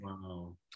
Wow